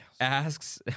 asks